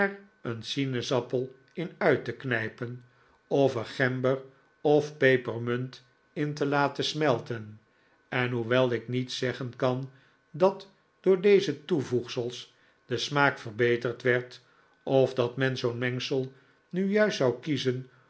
een sinaasappel in uit te knijpen of er gember of pepermunt in te laten smelten en hoewel ik niet zeggen kan dat door deze toevoegsels de smaak verbeterd werd of dat men zoo'n mengsel nu juist zou kiezen